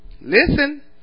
Listen